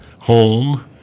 home